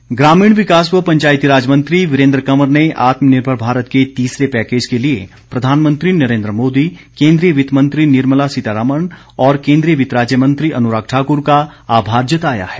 कंवर ग्रामीण विकास व पंचायती राज मंत्री वीरेन्द्र कंवर ने आत्मनिर्भर भारत के तीसरे पैकेज के लिए प्रधानमंत्री नरेन्द्र मोदी केन्द्रीय वित्त मंत्री निर्मला सीतारमण और केन्द्रीय वित्त राज्य मंत्री अनुराग ठाकुर का आभार जताया है